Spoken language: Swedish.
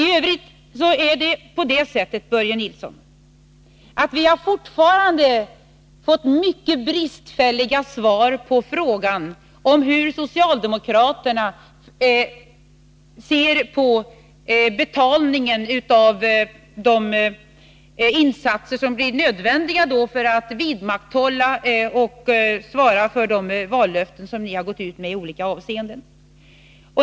Tövrigt är det på det sättet, Börje Nilsson, att vi fortfarande har fått mycket bristfälliga svar på frågan om hur socialdemokraterna ser på betalningen av de insatser som skulle bli nödvändiga för att vidmakthålla och svara för de vallöften som ni har gått ut med i olika avseenden.